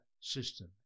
System